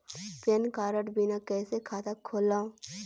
Pan card बिना कइसे खाता खोलव?